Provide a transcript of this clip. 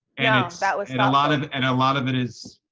and so that was and a lot of, and a lot of it is,